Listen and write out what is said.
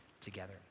together